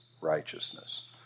righteousness